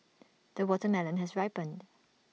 the watermelon has ripened